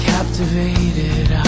Captivated